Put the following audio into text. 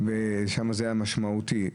ושם זה היה משמעותי.